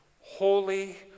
Holy